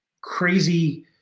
crazy